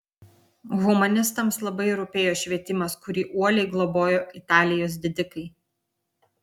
humanistams labai rūpėjo švietimas kurį uoliai globojo italijos didikai